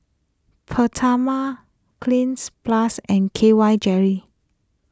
Peptamen Cleanz Plus and K Y Jery